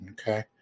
Okay